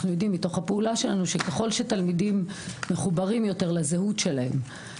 אנחנו יודעים מתוך הפעולה שלנו שככול שתלמידים מחוברים יותר לזהות שלהם,